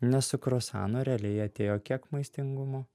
nes su kruasanu realiai atėjo kiek maistingumo